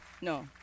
No